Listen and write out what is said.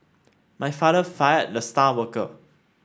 my father fired the star worker